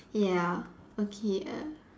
ya okay err